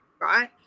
Right